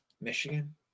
Michigan